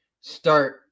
start